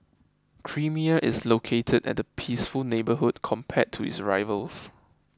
creamier is located at a peaceful neighbourhood compared to its rivals